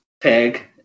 peg